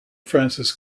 francis